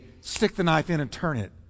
stick-the-knife-in-and-turn-it